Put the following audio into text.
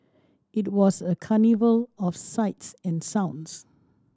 it was a carnival of sights and sounds